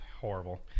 Horrible